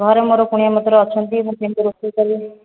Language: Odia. ଘରେ ମୋର କୁଣିଆ ମୈତ୍ର ଅଛନ୍ତି ମୁଁ କେମିତି ରୋଷେଇ କରିବି